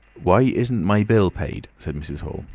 why isn't my bill paid? said mrs. hall.